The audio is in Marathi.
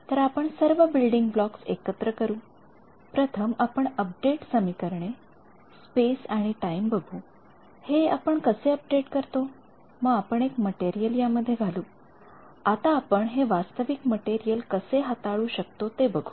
तर आपण सर्व बिल्डिंग ब्लॉक्स एकत्र करू प्रथम आपण अपडेट समीकरणे स्पेस आणि टाइम बघू हे आपण कसे अपडेट करतो मग आपण एक मटेरियल या मध्ये घालू आता आपण हे वास्तविक मटेरियल कसे हाताळू शकतो ते बघू